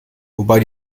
wobei